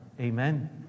Amen